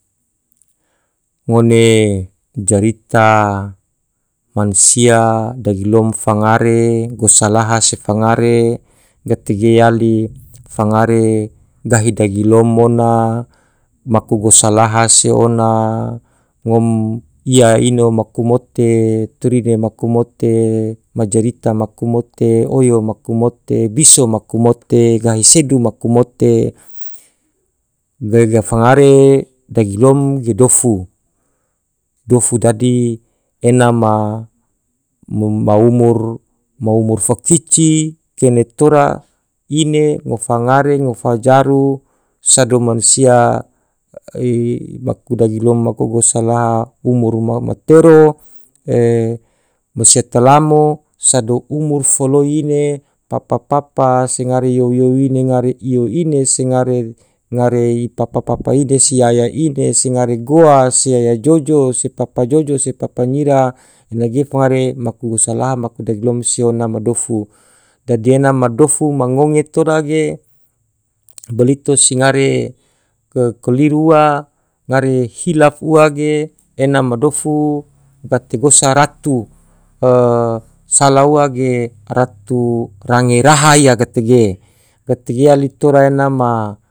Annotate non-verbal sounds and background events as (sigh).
Ngone jarita mansia dagilom fangare gosa laha se fangare gate ge yali fangare gahi dagilom ona, maku gosa laha se ona, ngom ia ino maku mote, trine maku mote, majarita maku mote, oyo maku mote, biso maku mote, gahi sedu maku mote. fangare dagilom ge dofu, dofu dadi ena ma umur fakici, kene tora ine, ngofa ngare, ngofa jaru, sado mansia maku dagilom maku gosa laha, umur matero, mansia talamo, sado umur foloi ine, papa-papa se ngare you-you ine, ngare you ine se ngare (hesitation) papa-papa ine se yaya ine se ngare goa se yaya jojo, se papa jojo, se papa nyira, enage fangare maku gosa laha maku dagilom se ona ma dofu, dadi ena ma dofu onge tora ge, bolito se ngare keliru ua, ngare hilaf ua ge, ena ma dofu gate gosa ratu (hesitation) sala ua ge ratu range raha ia gatege. gatege yali tora ena ma.